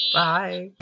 bye